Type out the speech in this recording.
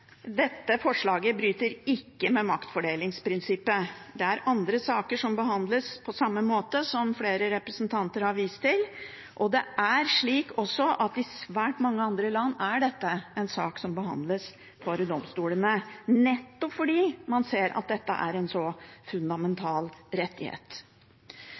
Dette forslaget bryter ikke med maktfordelingsprinsippet. Det er andre saker som behandles på samme måte, som flere representanter har vist til. Også i svært mange andre land er dette en sak som behandles for domstolene, nettopp fordi man ser at dette er en så fundamental rettighet.